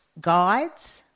guides